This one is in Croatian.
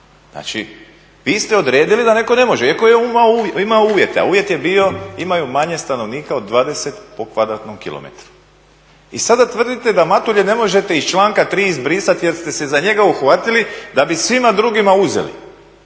Znači, vi ste odredili da netko ne može iako je imao uvjete, a uvjet je bio imaju manje stanovnika od 20 po kvadratnom kilometru. I sada tvrdite da Matulje ne možete iz članka 3. izbrisati jer ste se za njega uhvatili da bi svima drugima uzeli